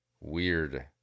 Weird